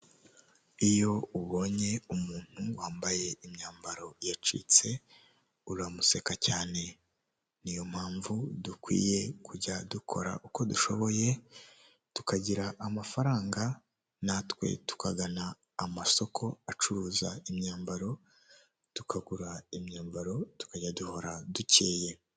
Iyo ubonye umuntu wambaye imyambaro yacitse uramuseka cyane, niyo mpamvu dukwiye kujya dukora uko dushoboye tukagira amafaranga natwe tukagana amasoko acuruza imyambaro tukagura imyambaro tukajya duhora dukeye.